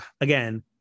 again